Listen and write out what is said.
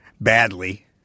badly